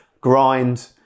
grind